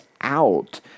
out